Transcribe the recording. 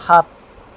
সাত